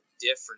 different